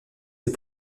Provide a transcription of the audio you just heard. des